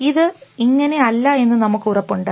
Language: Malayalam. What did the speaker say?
ഇത് ഇങ്ങനെ അല്ല എന്ന് നമുക്ക് ഉറപ്പുണ്ട്